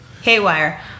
haywire